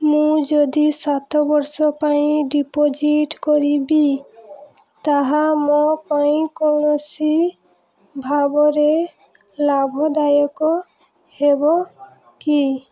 ମୁଁ ଯଦି ସାତ ବର୍ଷ ପାଇଁ ଡିପୋଜିଟ୍ କରିବି ତାହା ମୋ ପାଇଁ କୌଣସି ଭାବରେ ଲାଭଦାୟକ ହେବ କି